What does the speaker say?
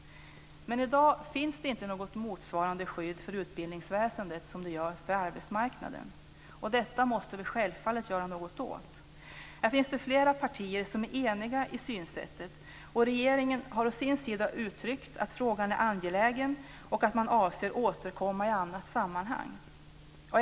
I dag finns det inte något motsvarande skydd inom utbildningsväsendet som det gör på arbetsmarknaden. Detta måste vi självfallet göra något åt. Här finns det flera partier som är eniga i synsättet, och regeringen har å sin sida uttryckt att frågan är angelägen och att man avser återkomma i annat sammanhang.